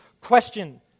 Question